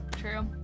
True